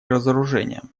разоружением